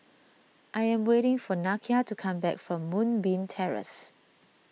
I am waiting for Nakia to come back from Moonbeam Terrace